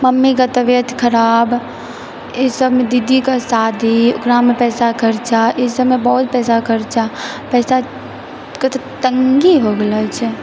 मम्मीके तबियत खराब ई सबमे दीदीके शादीओकरामे पैसा खर्चा ई सबमे बहुत पैसा खर्चा पैसाके तऽ तंगी हो गेलो छै